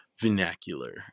vernacular